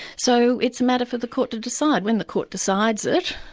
so it's a matter for the court to decide. when the court decides it,